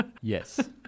yes